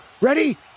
Ready